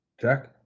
jack